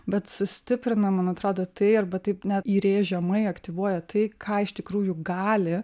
bet sustiprina man atrodo tai arba taip net įrėžiamai aktyvuoja tai ką iš tikrųjų gali